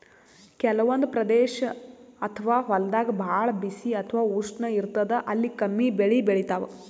ಕೆಲವಂದ್ ಪ್ರದೇಶ್ ಅಥವಾ ಹೊಲ್ದಾಗ ಭಾಳ್ ಬಿಸಿ ಅಥವಾ ಉಷ್ಣ ಇರ್ತದ್ ಅಲ್ಲಿ ಕಮ್ಮಿ ಬೆಳಿ ಬೆಳಿತಾವ್